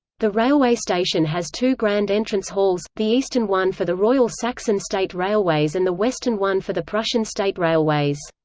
the railway station has two grand entrance halls, the eastern one for the royal saxon state railways and the western one for the prussian state railways.